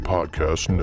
Podcast